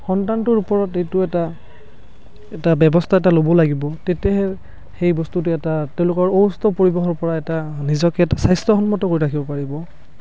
সন্তানটোৰ ওপৰত এইটো এটা এটা ব্যৱস্থা এটা ল'ব লাগিব তেতিয়াহে সেই বস্তুটো এটা তেওঁলোকৰ অসুস্থ পৰিৱেশৰ পৰা এটা নিজকে এটা স্বাস্থ্যসন্মত কৰি ৰাখিব পাৰিব